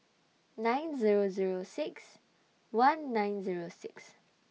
nine Zero Zero six one nine Zero six